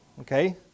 Okay